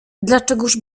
dlaczegóż